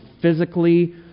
physically